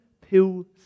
pill